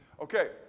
Okay